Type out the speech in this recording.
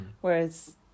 whereas